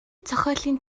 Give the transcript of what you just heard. зохиолын